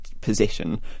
position